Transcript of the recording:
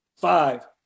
Five